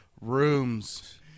rooms